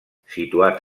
situat